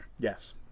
Yes